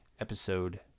Episode